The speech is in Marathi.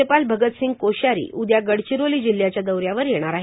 राज्यपाल भगतसिंह कोश्यारी उदया गडचिरोली जिल्ह्याच्या दौऱ्यावर येणार आहेत